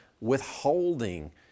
withholding